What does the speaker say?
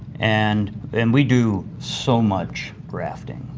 and and we do so much grafting.